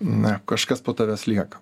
na kažkas po tavęs lieka